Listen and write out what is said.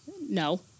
no